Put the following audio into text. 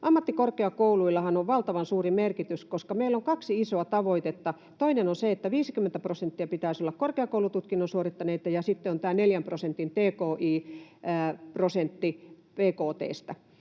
Ammattikorkeakouluillahan on valtavan suuri merkitys, koska meillä on kaksi isoa tavoitetta — toinen on se, että 50 prosenttia pitäisi olla korkeakoulututkinnon suorittaneita, ja sitten on tämä neljän prosentin